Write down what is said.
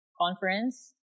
conference